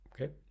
Okay